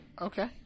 Okay